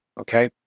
okay